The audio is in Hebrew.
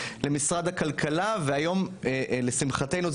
למשרד הכלכלה והיום לשמחתנו,